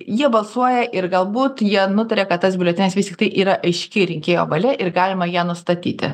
jie balsuoja ir galbūt jie nutaria kad tas biuletenis vis tiktai yra aiški rinkėjo valia ir galima ją nustatyti